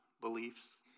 beliefs